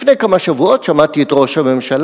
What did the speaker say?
לפני כמה שבועות שמעתי את ראש הממשלה,